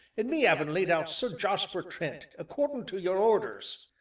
an' me avin laid out sir jarsper trent accordin' to yer orders!